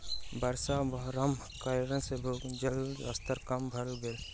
वर्षा अभावक कारणेँ भूमिगत जलक स्तर कम भ गेल